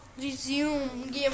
Resume